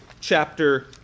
chapter